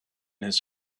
his